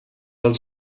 als